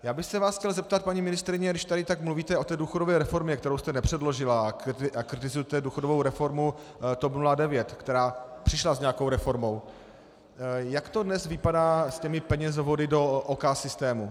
Já bych se vás chtěl zeptat, paní ministryně, když tady tak mluvíte o té důchodové reformě, kterou jste nepředložila, a kritizujete důchodovou reformu TOP 09, která přišla s nějakou reformou, jak to dnes vypadá s těmi penězovody do OK systému.